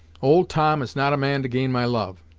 old tom is not a man to gain my love,